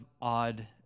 odd